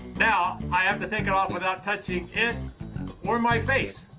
now i have to take it off without touching it or my face.